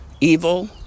evil